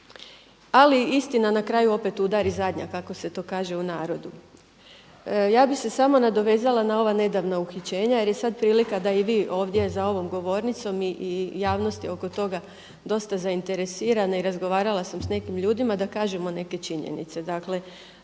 Ali istina na kraju opet udari zadnja kako se to kaže u narodu. Ja bih se samo nadovezala na ova nedavna uhićenja jer je sad prilika da i vi ovdje za ovom govornicom i javnost je oko toga dosta zainteresirana i razgovarala sam sa nekim ljudima da kažemo neke činjenice. Dakle,